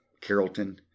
Carrollton